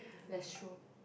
that's true